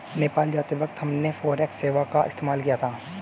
नेपाल जाते वक्त हमने फॉरेक्स सेवा का इस्तेमाल किया था